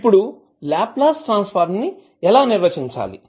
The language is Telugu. ఇప్పుడు లాప్లాస్ ట్రాన్సఫర్మ్ ను ఎలా నిర్వచించాలి